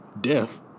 Death